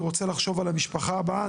אני רוצה לחשוב על המשפחה הבאה,